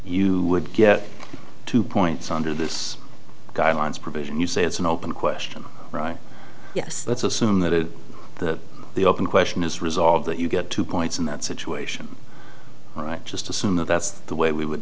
you would get two points under this guidelines provision you say it's an open question right yes let's assume that the the open question is resolved that you get two points in that situation all right just assume that that's the way we would